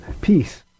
peace